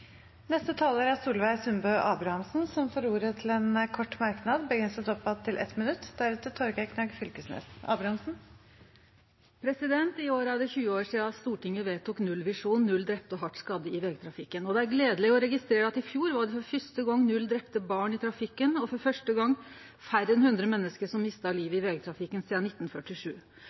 får ordet til en kort merknad, begrenset til 1 minutt. I år er det 20 år sidan Stortinget vedtok nullvisjonen: null drepne og hardt skadde i vegtrafikken. Det er gledeleg å registrere at i fjor var det for fyrste gong null drepne barn i trafikken og for fyrste gong sidan 1947 færre enn 100 menneske som mista livet i vegtrafikken.